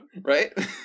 Right